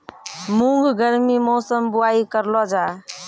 मूंग गर्मी मौसम बुवाई करलो जा?